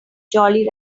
jolly